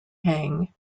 hang